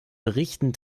berichten